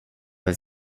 vill